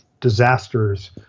disasters